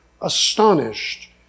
astonished